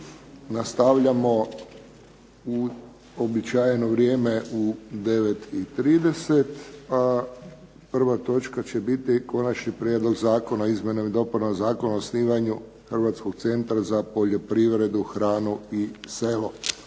Nastavljamo u uobičajeno vrijeme u 9,30, a prva točka će biti Konačni prijedlog zakona o izmjenama i dopunama Zakona o osnivanju Hrvatskog centra za poljoprivredu, hranu i selo.